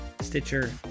stitcher